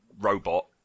robot